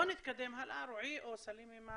בוא נתקדם הלאה, רועי, או סלימה.